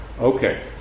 Okay